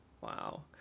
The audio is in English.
wow